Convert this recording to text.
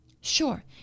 Sure